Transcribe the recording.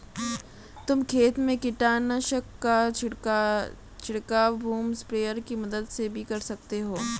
तुम खेत में कीटनाशक का छिड़काव बूम स्प्रेयर की मदद से भी कर सकते हो